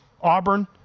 Auburn